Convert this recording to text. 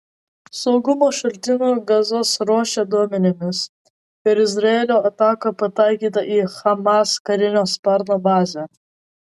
saugumo šaltinių gazos ruože duomenimis per izraelio ataką pataikyta į hamas karinio sparno bazę